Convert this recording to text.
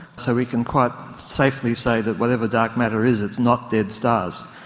so we can quite safely say that whatever dark matter is, it's not dead stars.